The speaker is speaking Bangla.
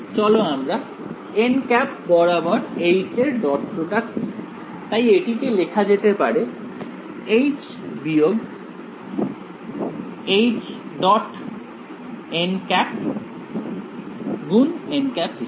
চলো আমরা বরাবর এর ডট প্রডাক্ট নিই তাই এটিকে লেখা যেতে পারে · হিসেবে